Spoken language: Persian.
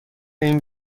این